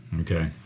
Okay